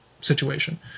situation